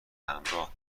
همراه